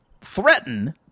threaten